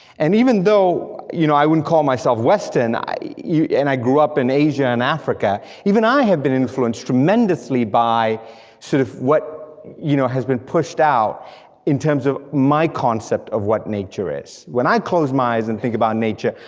and even though you know i wouldn't call myself western, and i grew up in asia and africa, even i have been influenced tremendously by sort of what you know has been pushed out in terms of my concept of what nature is. when i close my eyes and think about nature,